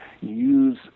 use